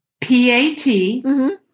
P-A-T